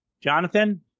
Jonathan